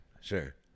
Sure